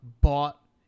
bought